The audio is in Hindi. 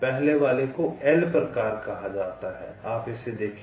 पहले वाले को L प्रकार कहा जाता है आप इसे देखें